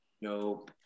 no